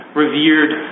revered